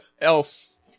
else